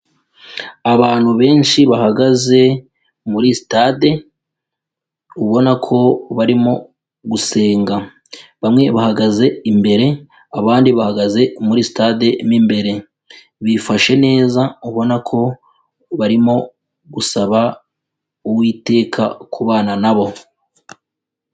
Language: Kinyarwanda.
Abantu benshi bahagaze muri sitade, ubona ko barimo gusenga, bamwe bahagaze imbere abandi bahagaze muri sitade mo imbere bifashe neza ubona ko barimo gusaba uwiteka kubana na bo.